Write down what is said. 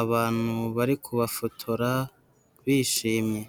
abantu bari kubafotora bishimye.